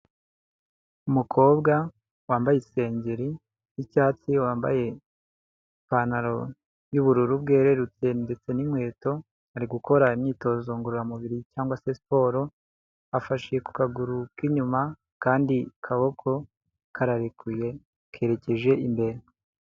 Umukobwa wambaye isengeri y'icyatsi, wambaye ipantaro y'ubururu bwererute ndetse n'inkweto, ari gukora imyitozo ngororamubiri cyangwa se siporo, afashe ku kaguru k'inyuma, akandi kaboko kararekuye, kerekeje imbere.